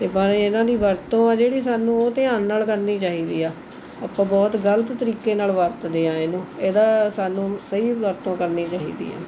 ਅਤੇ ਪਰ ਇਹਨਾਂ ਦੀ ਵਰਤੋਂ ਆ ਜਿਹੜੀ ਸਾਨੂੰ ਉਹ ਧਿਆਨ ਨਾਲ਼ ਕਰਨੀ ਚਾਹੀਦੀ ਆ ਆਪਾਂ ਬਹੁਤ ਗਲਤ ਤਰੀਕੇ ਨਾਲ਼ ਵਰਤਦੇ ਹਾਂ ਇਹਨੂੰ ਇਹਦਾ ਸਾਨੂੰ ਸਹੀ ਵਰਤੋਂ ਕਰਨੀ ਚਾਹੀਦੀ ਹੈ